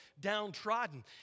downtrodden